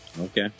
Okay